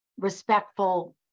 respectful